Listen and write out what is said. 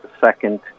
second